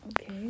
okay